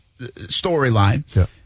storyline